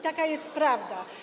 Taka jest prawda.